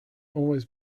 always